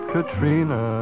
Katrina